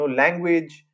language